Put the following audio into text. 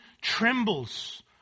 trembles